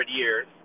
years